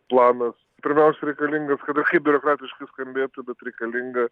planas pirmiausia reikalingas kad ir kaip biurokratiškai skambėtų bet reikalingas